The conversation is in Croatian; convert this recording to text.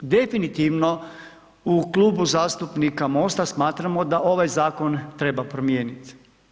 Definitivno u Klubu zastupnika MOST-a smatramo da ovaj zakon treba promijeniti.